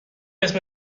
اسم